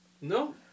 No